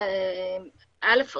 ראשית,